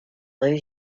rue